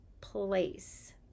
place